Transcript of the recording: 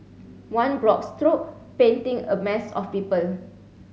one broad stroke painting a mass of people